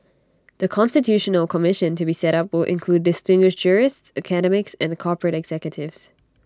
the constitutional commission to be set up will include distinguished jurists academics and corporate executives